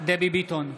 דבי ביטון,